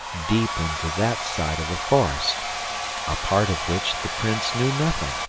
deep into that side of the forest a part of which the prince knew nothing.